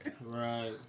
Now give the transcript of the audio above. Right